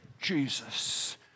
Jesus